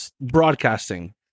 broadcasting